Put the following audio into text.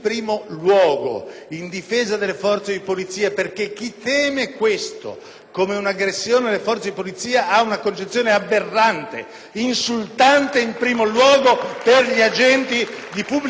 come un'aggressione alle Forze di polizia ha una concezione aberrante, insultante in primo luogo per gli agenti di pubblica sicurezza ed i Carabinieri che sono fedeli alla Costituzione e alle